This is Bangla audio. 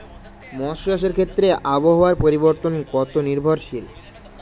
মৎস্য চাষের ক্ষেত্রে আবহাওয়া পরিবর্তন কত নির্ভরশীল?